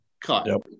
cut